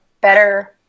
better